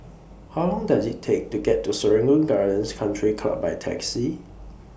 How Long Does IT Take to get to Serangoon Gardens Country Club By Taxi